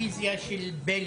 אני מצטרף לרביזיה של בליאק.